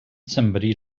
somebody